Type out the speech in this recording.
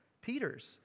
Peter's